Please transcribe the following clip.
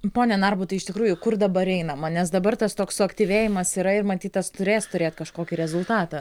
pone narbutai iš tikrųjų kur dabar einama nes dabar tas toks suaktyvėjimas yra ir matyt tas turės turėt kažkokį rezultatą